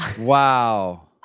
Wow